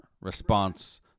response